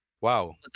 Wow